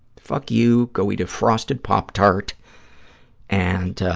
fuck you. go eat a frosted pop tart and, ah